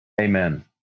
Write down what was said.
Amen